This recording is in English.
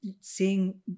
seeing